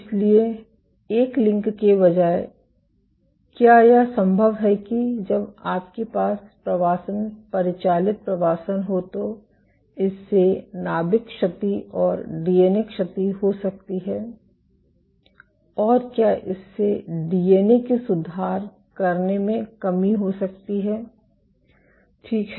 इसलिए एक लिंक के बजाय क्या यह संभव है कि जब आपके पास प्रवासन परिचालित प्रवासन हो तो इससे नाभिक क्षति और डीएनए क्षति हो सकती है और क्या इससे डीएनए के सुधार करने में कमी हो सकती है ठीक है